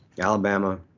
Alabama